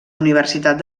universitat